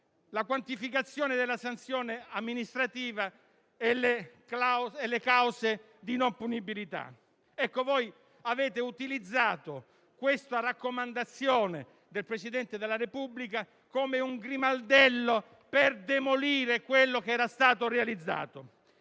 la quantificazione della sanzione amministrativa e le cause di non punibilità. Ebbene, avete utilizzato questa raccomandazione del Presidente della Repubblica come un grimaldello per demolire quello che era stato realizzato.